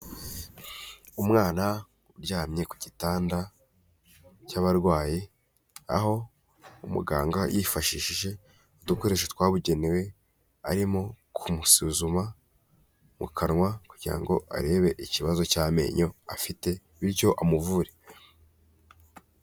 Umwana uryamye ku gitanda cy'abarwayi, aho umuganga yifashishije udukoresho twabugenewe arimo kumusuzuma mu kanwa, kugira ngo arebe ikibazo cy'amenyo afite bityo amuvure.